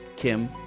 Kim